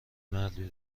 مردی